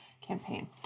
campaign